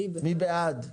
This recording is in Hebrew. מי בעד?